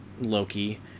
Loki